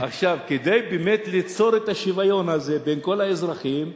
כדי באמת ליצור את השוויון הזה בין כל האזרחים.